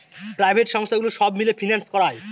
private সংস্থাগুলো সব মিলে ফিন্যান্স করায়